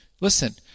listen